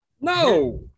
No